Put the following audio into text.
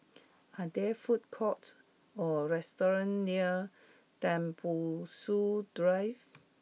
are there food courts or restaurants near Tembusu Drive